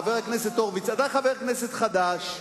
חבר הכנסת הורוביץ, אתה חבר כנסת חדש,